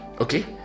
Okay